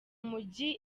mujyi